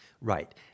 Right